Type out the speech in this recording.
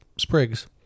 sprigs